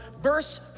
verse